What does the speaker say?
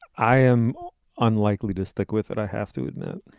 i am unlikely to stick with what i have to admit.